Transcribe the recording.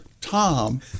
Tom